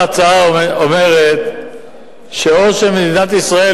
ההצעה אומרת שאו שמדינת ישראל,